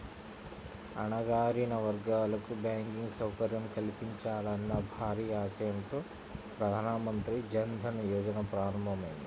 అణగారిన వర్గాలకు బ్యాంకింగ్ సౌకర్యం కల్పించాలన్న భారీ ఆశయంతో ప్రధాన మంత్రి జన్ ధన్ యోజన ప్రారంభమైంది